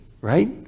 right